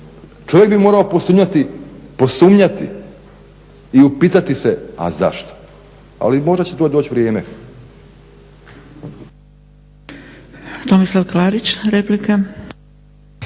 Čovjek bi morao posumnjati i upitati se, a zašto? Ali možda će to doć vrijeme.